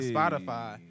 Spotify